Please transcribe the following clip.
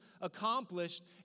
accomplished